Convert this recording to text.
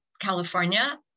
California